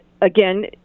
again